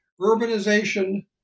urbanization